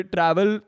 Travel